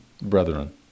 brethren